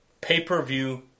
Pay-per-view